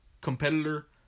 competitor